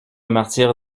martyre